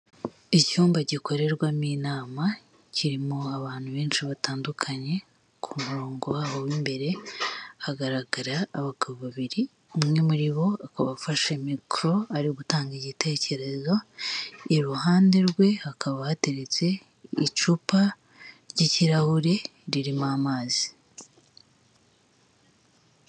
Icyumba gikorerwamo inama kirimo abantu benshi batandukanye, ku murongo wabo w'imbere hagaragara abagabo babiri, umwe muri bo akaba afashe mikoro, ari gutanga igitekerezo iruhande rwe hakaba hateretse icupa ry'kirahure ririmo amazi.